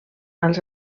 als